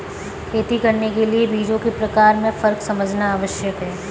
खेती करने के लिए बीजों के प्रकार में फर्क समझना आवश्यक है